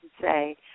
say